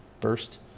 burst